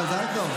מזל טוב.